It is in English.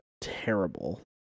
terrible